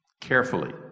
carefully